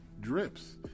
drips